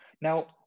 Now